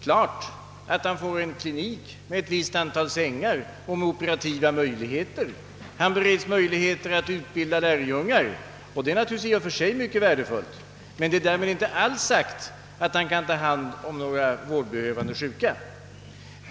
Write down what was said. klart att han får en klinik med ett visst antal sängar och med operativa möjligheter. Han får visserligen möjligheter att utbilda lärjungar, vilket självfallet i och för sig är mycket värdefullt, men det är inte alls sagt att han kan ta hand om några vårdbehövande sjuka.